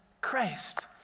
Christ